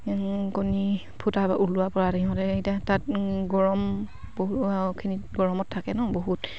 কণী ফুটা ওলোৱাৰ পৰা সিহঁতে এতিয়া তাত গৰম বহুখিনিত গৰমত থাকে ন বহুত